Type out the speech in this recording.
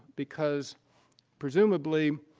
because presumably,